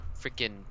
freaking